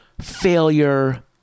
failure